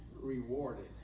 rewarded